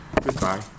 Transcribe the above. Goodbye